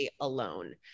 alone